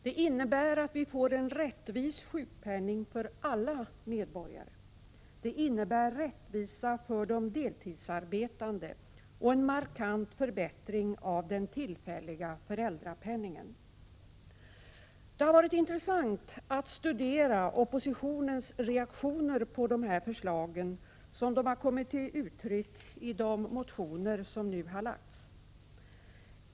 Det innebär att vi får en rättvis sjukpenning -— för alla medborgare. Det innebär rättvisa för de deltidsarbetande och en markant förbättring av den tillfälliga föräldrapenningen. Det har varit intressant att studera oppositionens reaktioner på förslagen, sådana de kommit till uttryck i de motioner som nu lagts.